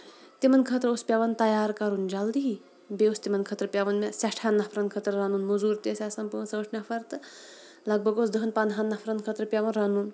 تِمن خٲطرٕ اوس پیٚوان تَیار کَرُن جلدی بیٚیہِ اوس تِمن خٲطرٕ پیٚوان مےٚ سٮ۪ٹھان نَفرن خٲطرٕ رَنُن موٚزوٗر تہِ ٲسۍ آسان پانٛژھ ٲٹھ نَفر تہٕ لگ بگ اوس دہن پندہن نَفرن خٲطرٕ پیٚوان رَنُن